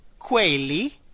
quelli